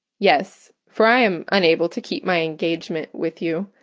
yes, for i am unable to keep my engagement with you.